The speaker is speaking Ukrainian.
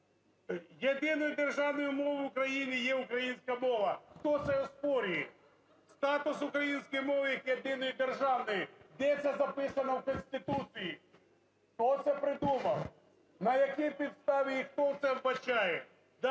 Єдиною державною мовою в Україні є українська мова. Хто це оспорює? Статус української мови як єдиної державної. Де це записано в Конституції? Хто це придумав? На якій підставі і хто це вбачає?